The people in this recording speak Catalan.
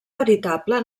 veritable